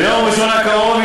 ביום ראשון הקרוב,